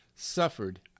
suffered